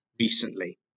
recently